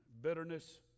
Bitterness